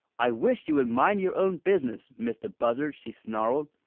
i wish you would mind your own business, mistah buzzard! she snarled.